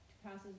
passes